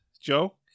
Joe